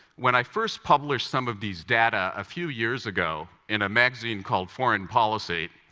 when i first published some of these data a few years ago in a magazine called foreign policy,